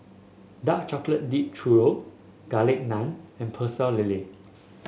Dark Chocolate Dipped Churro Garlic Naan and Pecel Lele